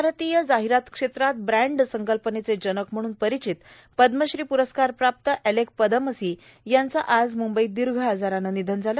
भारतीय जाहिरात क्षेत्रात ब्रॅन्ड संकल्पनेचे जनक म्हणून परिचित पद्मश्री प्ररस्कार प्राप्त एलेक पदमसी यांचं आज मुंबईत दीर्घ आजारानं निधन झालं